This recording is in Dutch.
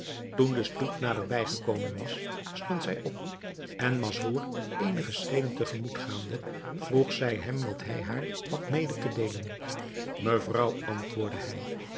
toen de stoet naderbij gekomen was stond zij op en masrour eenige schreden te gemoet gaande vroeg zij hem wat hij haar had mede te deelen mevrouw antwoordde hij